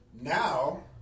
Now